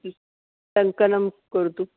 टङ्कनं करोतु